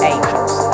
Angels